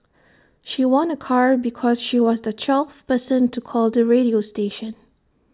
she won A car because she was the twelfth person to call the radio station